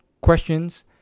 questions